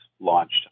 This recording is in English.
launched